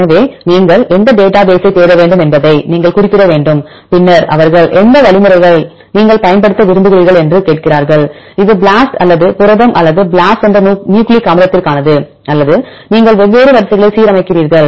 எனவே நீங்கள் எந்த டேட்டா பேசை தேட வேண்டும் என்பதை நீங்கள் குறிப்பிட வேண்டும் பின்னர் அவர்கள் எந்த வழிமுறைகள் நீங்கள் பயன்படுத்த விரும்புகிறீர்கள் என்று கேட்கிறார்கள் இது BLAST என்ற புரதம் அல்லது BLAST என்ற நியூக்ளிக் அமிலத்திற்கானது அல்லது நீங்கள் வெவ்வேறு வரிசைகளை சீரமைக்கிறீர்கள்